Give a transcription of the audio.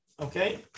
Okay